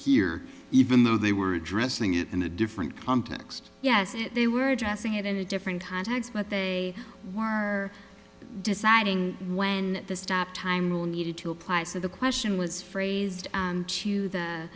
here even though they were addressing it in a different context yes it they were addressing it in a different context but they were deciding when to stop time rule needed to apply so the question was phrased to the